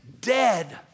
dead